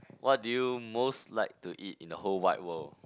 what do you most like to eat in the whole wide world